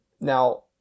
now